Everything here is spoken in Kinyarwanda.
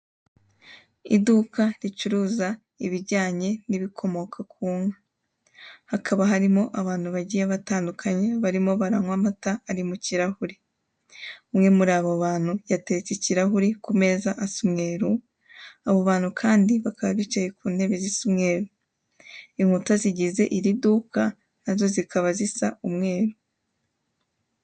Iduka ricuruza ibijyanye n'ibikomoka ku nka. Hakaba harimo abantu bagiye batandukanye barimo baranywa amata ari mu kirahuri. Umwe muri abo bantu yateretse ikirahuri ku meza asa umweru, abo bantu kandi bakaba bicaye ku ntebe zisa umweru. Inkuta zigize iri duka na zo zikaba zisa umweru.